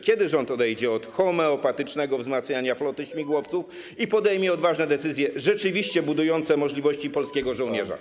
Kiedy rząd odejdzie od homeopatycznego wzmacniania floty śmigłowców i podejmie odważne decyzje rzeczywiście budujące możliwości polskiego żołnierza?